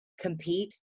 compete